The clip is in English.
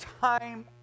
time